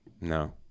No